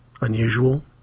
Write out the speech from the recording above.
unusual